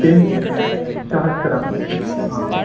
किं शहस्रं वा आम्